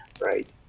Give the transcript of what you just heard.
right